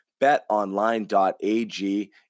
betonline.ag